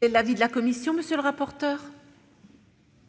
Quel est l'avis de la commission ? Le délai de